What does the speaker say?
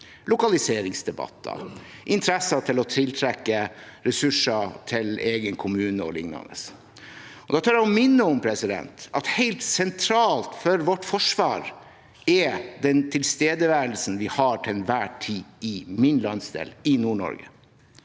lokaliseringsdebatter, interesse for å tiltrekke ressurser til egen kommune o.l. Da tør jeg å minne om at helt sentralt for vårt forsvar er den tilstedeværelsen vi til enhver tid har i min landsdel, i Nord-Norge.